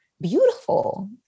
beautiful